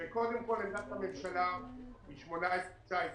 שקודם כול עמדת הממשלה היא 18', 19',